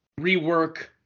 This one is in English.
rework